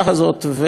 מטבע הדברים,